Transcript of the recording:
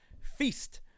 feast